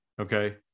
Okay